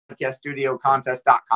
podcaststudiocontest.com